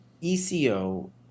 ECO